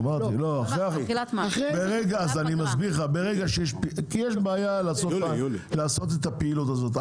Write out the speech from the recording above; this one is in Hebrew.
יש בעיה לעשות את הפעילות הזאת,